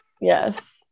Yes